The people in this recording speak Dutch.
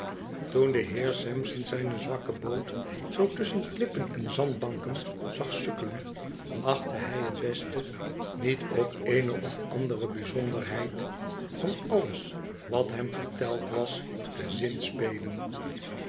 toen de heer sampson zijne zwakke boot zoo tusschen klippen en zandbanken zag sukkelen achtte hij het best niet op eene of andere bijzonderheid van alles wat hem verteld was te zinspelen